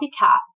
copycat